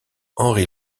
henry